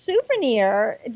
souvenir